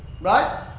right